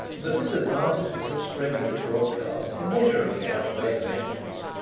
the disadvantages of spreading it broadcast immeasurably outweigh the benefits.